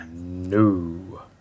No